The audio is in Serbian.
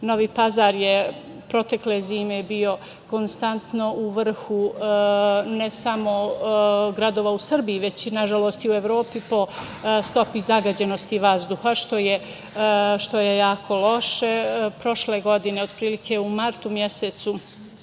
Novi Pazar je protekle zime bio konstantno u vrhu ne samo gradova u Srbiji, već i nažalost i u Evropi po stopi zagađenosti vazduha, što je jako loše. Prošle godine, otprilike, u martu mesecu